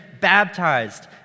baptized